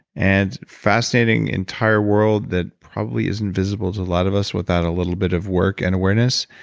and fascinating entire world that probably isn't visible to a lot of us without a little bit of work and awareness.